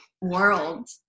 world